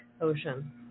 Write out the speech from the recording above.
Ocean